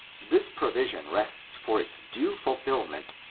this provision rests for its due fulfilment,